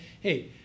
Hey